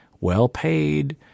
well-paid